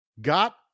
got